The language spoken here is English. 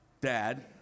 dad